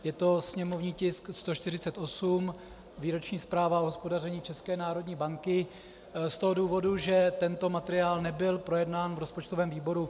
Je to sněmovní tisk 148 Výroční zpráva o hospodaření České národní banky, z toho důvodu, že tento materiál nebyl projednán v rozpočtovém výboru.